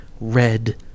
red